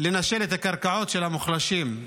לנשל את הקרקעות של המוחלשים,